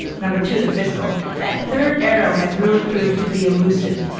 number two the fiscal. that third arrow has really proved to be elusive.